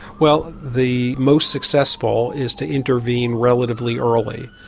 well the most successful is to intervene relatively early,